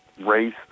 race